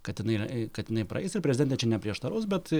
kad jinai kad jinai praeis ir prezidentė čia neprieštaraus bet